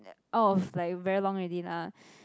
out of like very long already lah